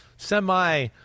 semi